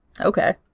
Okay